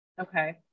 Okay